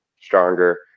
stronger